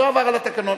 לא עבר על התקנון.